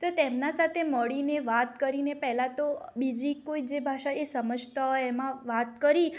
તો તેમના સાથે મળીને વાત કરીને પહેલાં તો બીજી કોઈ જે ભાષા એ સમજતા હોય એમાં વાત કરી